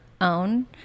own